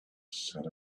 said